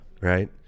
right